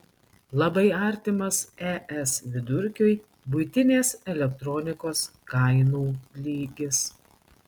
labai artimas es vidurkiui buitinės elektronikos kainų lygis